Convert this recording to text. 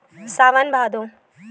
सावन भादो